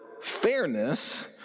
fairness